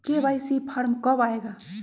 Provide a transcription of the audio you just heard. KYC form कब आए गा?